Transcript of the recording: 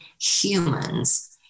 humans